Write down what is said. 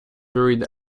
buried